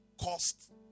cost